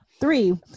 three